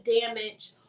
damage